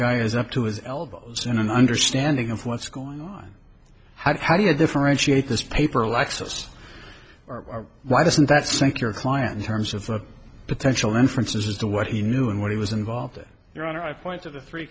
guy is up to his elbows in an understanding of what's going on how do you differentiate this paper lexus or why doesn't that sink your client in terms of potential inference is as to what he knew and what he was involved in your honor i point to the three